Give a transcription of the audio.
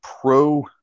pro